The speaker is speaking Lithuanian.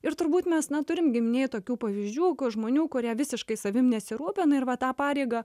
ir turbūt mes na turim giminėj tokių pavyzdžių žmonių kurie visiškai savim nesirūpina ir va tą pareigą